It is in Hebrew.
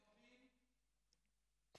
אני שואל אותך,